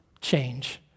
change